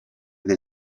del